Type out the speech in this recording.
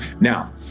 Now